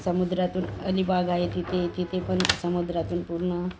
समुद्रातून अलिबाग आहे तिथे तिथे पण समुद्रातून पूर्ण